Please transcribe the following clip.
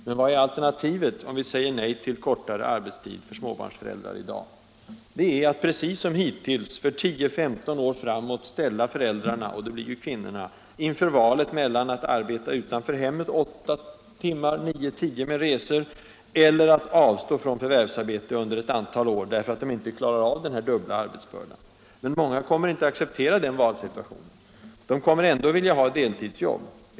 Men vad är alternativet i dag om vi säger nej till kortare arbetstid för småbarnsföräldrar? Det är att precis som hittills för tio, femton år framåt ställa föräldrarna — och det blir kvinnorna — inför valet mellan att arbeta utanför hemmet kanske åtta timmar — dvs. nio tio med resor — eller att helt avstå från förvärvsarbete under ett antal år därför att de inte klarar av den dubbla arbetsbördan. Många kommer inte att acceptera den valsituationen. De kommer ändå att vilja ha ett deltidsjobb.